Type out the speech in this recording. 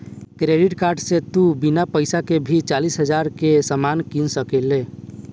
credit card से तू बिना पइसा के भी चालीस हज़ार के सामान किन सकेल